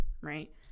right